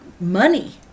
money